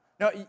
No